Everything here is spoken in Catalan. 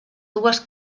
dues